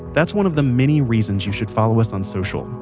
that's one of the many reasons you should follow us on social,